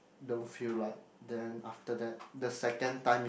don't feel like then after that the second time is